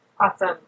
Awesome